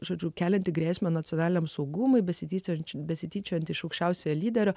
žodžiu kelianti grėsmę nacionaliniam saugumui besityčiojančių besityčiojanti iš aukščiausiojo lyderio